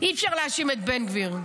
אי-אפשר להאשים את בן גביר,